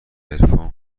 عرفان